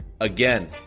again